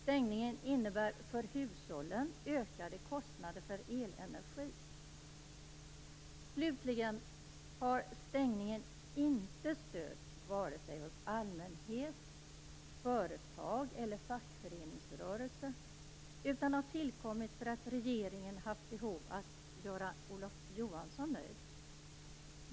Stängningen innebär för hushållen ökade kostnader för elenergi. Slutligen har stängningen inte stöd vare sig hos allmänhet, företag eller fackföreningsrörelse, utan har tillkommit för att regeringen har haft behov att göra Olof Johansson nöjd.